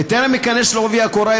בטרם אכנס בעובי הקורה,